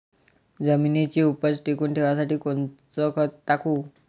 जमिनीची उपज टिकून ठेवासाठी कोनचं खत टाकू?